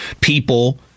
people